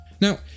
Now